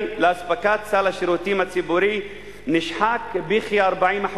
לאספקת סל השירותים הציבורי נשחק ב-40%.